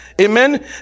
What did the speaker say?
amen